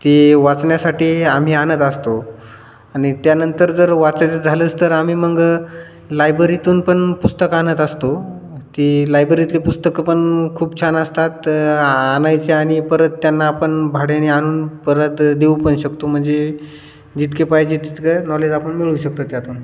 ती वाचण्यासाठी आम्ही आणत असतो आणि त्यानंतर जर वाचायचं झालंच तर आम्ही मग लायबरीतून पण पुस्तक आणत असतो ती लायबरीतली पुस्तकं पण खूप छान असतात आणायची आणि परत त्यांना आपण भाड्याने आणून परत देऊ पण शकतो म्हणजे जितके पाहिजे तितके नॉलेज आपण मिळवू शकतो त्यातून